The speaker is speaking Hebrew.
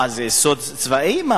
מה, זה סוד צבאי?